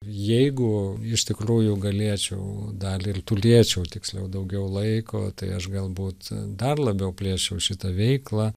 jeigu iš tikrųjų galėčiau dar ir turėčiau tiksliau daugiau laiko tai aš galbūt dar labiau plėsčiau šitą veiklą